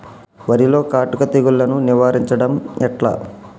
వరిలో కాటుక తెగుళ్లను నివారించడం ఎట్లా?